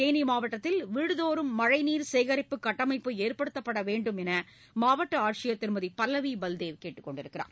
தேனிமாவட்டத்தில் வீடுதோறும் மழைநீர் சேகரிப்பு கட்டமைப்பு ஏற்படுத்தப்படவேண்டும் என்றுமாவட்டஆட்சியர் திருமதிபல்லவிபல்தேவ் கேட்டுக் கொண்டுள்ளார்